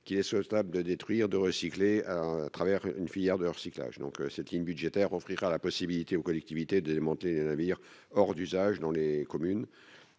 qu'il est souhaitable de détruire, notamment au travers d'une filière de recyclage. Cette ligne budgétaire offrira aux collectivités la possibilité de démanteler les navires hors d'usage dans la commune.